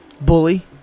Bully